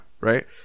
right